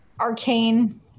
arcane